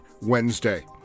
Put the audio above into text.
Wednesday